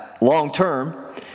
long-term